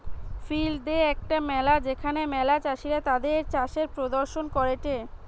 field day একটা মেলা যেখানে ম্যালা চাষীরা তাদির চাষের প্রদর্শন করেটে